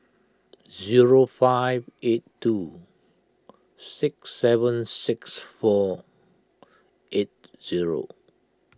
zero five eight two six seven six four eight zero